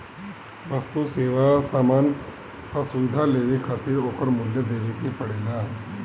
वस्तु, सेवा, सामान कअ सुविधा लेवे खातिर ओकर मूल्य देवे के पड़ेला